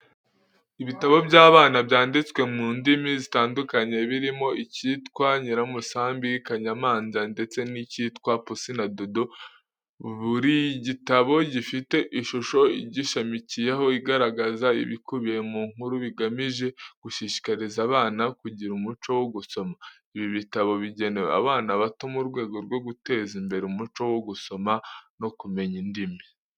Ibitabo by’abana byanditswe mu ndimi zitandukanye, birimo icyitwa Nyiramusambi, Kanyamanza ndetse n’icyitwa Pusi na Dudu. Buri gitabo gifite ishusho igishamikiyeho, igaragaza ibikubiye mu nkuru, bigamije gushishikariza abana kugira umuco wo gusoma. Ibi bitabo bigenewe abana bato mu rwego rwo guteza imbere umuco wo gusoma no kumenya indimi.